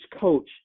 coach